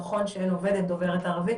נכון שאין עובדת דוברת ערבית,